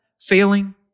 failing